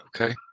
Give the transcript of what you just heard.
Okay